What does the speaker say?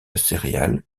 céréales